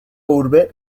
urbe